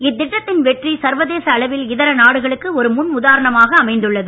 இத்திட்டத்தின் வெற்றி சர்வதேச அளவில் இதர நாடுகளுக்கு ஒரு முன் உதாரணமாக அமைந்துள்ளது